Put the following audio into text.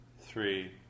three